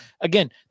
again